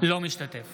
אינו משתתף